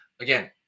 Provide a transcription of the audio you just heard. again